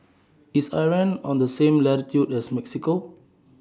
IS Iran on The same latitude as Mexico